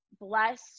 bless